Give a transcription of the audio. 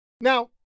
Now